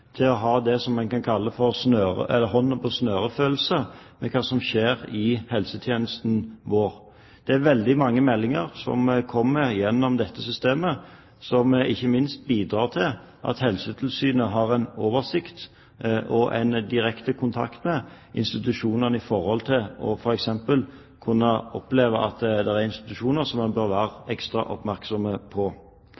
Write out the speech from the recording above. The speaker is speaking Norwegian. til å ha det som en kan kalle en hånden på snøret-følelse med hensyn til hva som skjer i helsetjenesten vår. Det er veldig mange meldinger som kommer gjennom dette systemet, som ikke minst bidrar til at Helsetilsynet har en oversikt over og en direkte kontakt med institusjonene med hensyn til f.eks. å kunne oppleve at det er institusjoner som en bør være